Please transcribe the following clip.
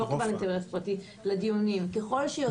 לא בעל אינטרס פרטי.